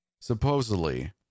Supposedly